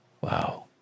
Wow